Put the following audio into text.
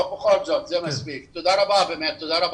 תודה רבה.